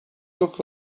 look